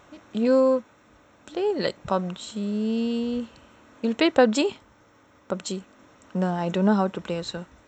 you play like pub G pub G no I don't know how to play also